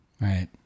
right